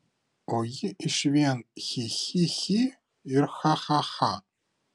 o ji iš vien chi chi chi ir cha cha cha